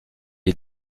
est